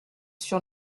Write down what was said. sur